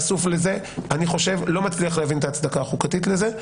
אני לא מצליח להבין את ההצדקה החוקתית לזה.